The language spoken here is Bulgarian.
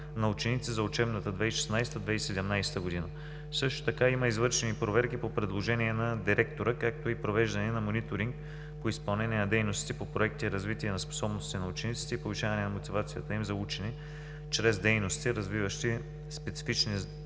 на ученици за учебната 2016 – 2017 г. Също така има извършени проверки по предложение на директора, както и провеждане на мониторинг по изпълнение на дейностите по проекти „Развитие на способностите на учениците и повишаване на мотивацията им за учене чрез дейности, развиващи специфични